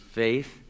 faith